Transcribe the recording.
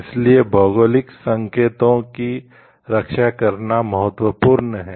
इसलिए भौगोलिक संकेतों की रक्षा करना महत्वपूर्ण है